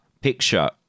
picture